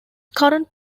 current